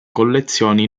collezioni